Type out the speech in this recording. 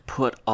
put